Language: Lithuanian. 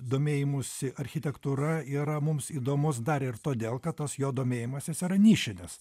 domėjimusi architektūra yra mums įdomus dar ir todėl kad tas jo domėjimasis yra nišinis